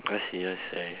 I see I see